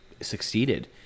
succeeded